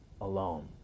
alone